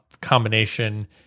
combination